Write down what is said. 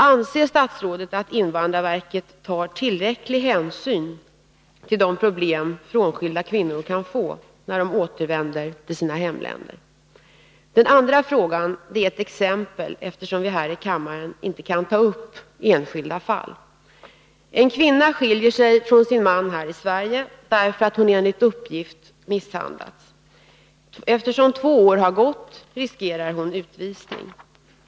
Anser statsrådet att invandrarverket tar tillräcklig hänsyn till de problem frånskilda kvinnor kan få när de återvänder till sina hemländer? Den andra frågan illustrerar jag med ett exempel, eftersom vi här i kammaren inte kan ta upp enskilda fall. En kvinna skiljer sig från sin man här i Sverige därför att hon enligt uppgift har misshandlats. Eftersom äktenskapet inte har varat i två år riskerar hon utvisning.